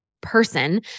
person